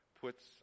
puts